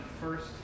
first